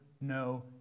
no